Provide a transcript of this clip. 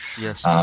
Yes